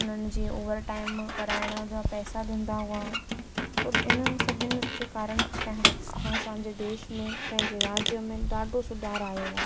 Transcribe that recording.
हुननि जी overtime कराइणा जा पैसा ॾींदा हुआ त हिननि सभिनि जे कारण असांजे देश में पंहिंजे राज्य में ॾाढो सुधारु आहियो आहे